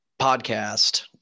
podcast